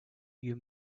you